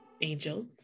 angels